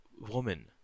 woman